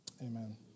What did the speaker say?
Amen